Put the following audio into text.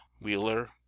Wheeler